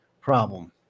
problem